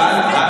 בסדר, בסדר.